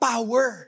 Power